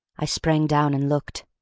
i sprang down and looked.